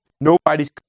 Nobody's